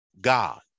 God